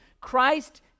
Christ